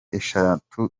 eshatu